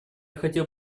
хотел